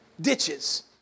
Ditches